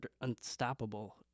unstoppable